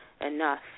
enough